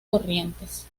corrientes